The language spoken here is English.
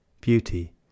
beauty